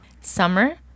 Summer